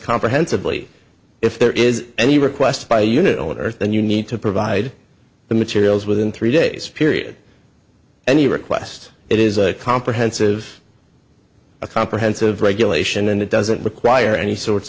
comprehensively if there is any request by a unit on earth then you need to provide the materials within three days period any request it is a comprehensive a comprehensive regulation and it doesn't require any sorts